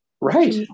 right